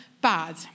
bad